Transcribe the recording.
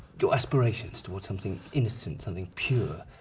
your aspirations towards something innocent, something pure.